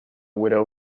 widow